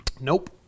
Nope